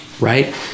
right